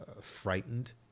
frightened